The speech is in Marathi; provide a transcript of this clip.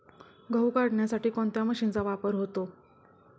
गहू काढण्यासाठी कोणत्या मशीनचा वापर होतो?